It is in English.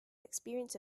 experience